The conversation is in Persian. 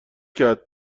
کرد